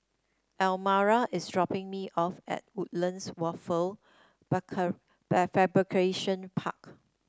Almira is dropping me off at Woodlands Wafer Fabrication Park